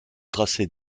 tracer